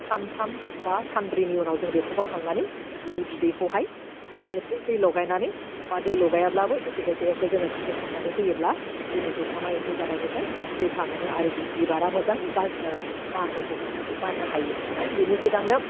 सानथाम बा सानब्रैनि उनाव जों बेखौ बोखांनानै बिनि बिदैखौहाय जोङो एसे दै लगायनानै बा दै लागायब्लाबो एसे एसे एसे जोङो स्प्रे खालामनानै होयोब्ला जोंनि जुखामआ एम्फौ जानायनिफ्राय रैखा मोनो आरो बिस बिबार मोजाङै बास ओह बारनो हमो बारनो हायो बेनि सिगांनो